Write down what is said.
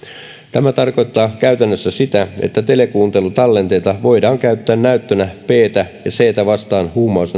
tämä tarkoittaa käytännössä sitä ettei telekuuntelutallenteita voida käyttää näyttönä btä ja ctä vastaan